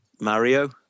Mario